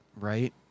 right